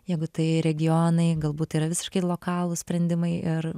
jeigu tai regionai galbūt yra visiškai lokalūs sprendimai ir